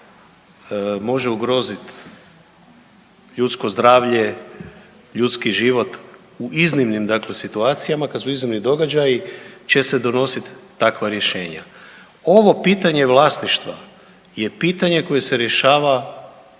može ugroziti ljudsko zdravlje, ljudski život u iznimnim dakle situacijama, kad su iznimni događaji će se donosit takva rješenja. Ovo pitanje vlasništva je pitanje koje se rješava